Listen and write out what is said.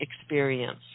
experience